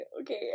okay